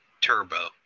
Turbo